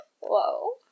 Whoa